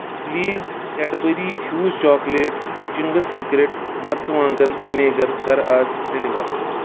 please Cadbury fuse chocolate تہٕ Ching's secret مرژٕوانٛگن vinegar کَر آز ڈیلیور